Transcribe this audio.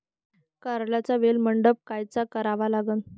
कारल्याचा वेल मंडप कायचा करावा लागन?